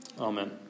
Amen